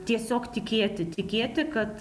tiesiog tikėti tikėti kad